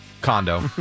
condo